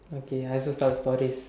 okay I also start with stories